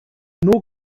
nur